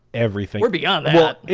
everything we're beyond yeah